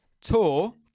Tour